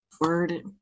Word